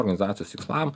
organizacijos tikslam